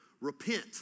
repent